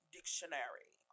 Dictionary